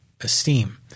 esteem